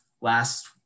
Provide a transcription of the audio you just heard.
last